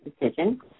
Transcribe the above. decision